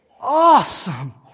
awesome